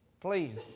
Please